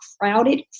crowded